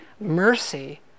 mercy